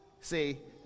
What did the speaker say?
See